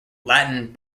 latin